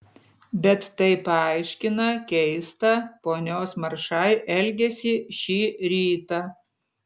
bet tai paaiškina keistą ponios maršai elgesį šį rytą